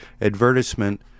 Advertisement